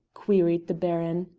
queried the baron.